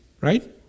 Right